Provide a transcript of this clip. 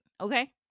okay